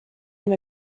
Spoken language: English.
them